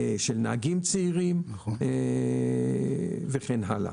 של נהגים צעירים וכן הלאה.